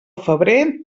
febrer